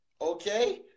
Okay